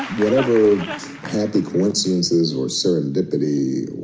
whatever happy coincidences or serendipity